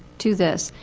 to this.